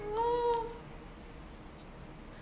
ah